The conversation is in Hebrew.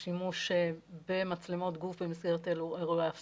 על השימוש במצלמות גוף במסגרת אירועי הפס"ד.